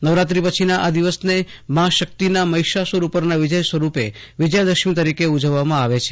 નવરાત્રિ પછીના આ દિવસને મા શક્તિના મહિષાસુર ઉપરના વિજય સ્વરૂપે વિજયા દશમી તરીકે ઉજવવામાં આવે છે